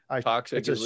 toxic